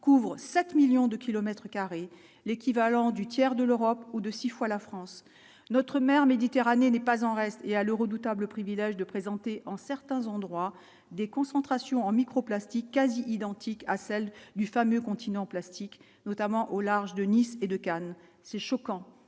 couvre 7 millions de kilomètres carrés, l'équivalent du tiers de l'Europe ou de 6 fois la France notre mer Méditerranée n'est pas en reste et a le redoutable privilège de présenter en certains endroits, des concentrations en micro-plastiques quasi identique à celle du fameux continent plastique, notamment au large de Nice et de Cannes c'est choquant